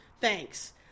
thanks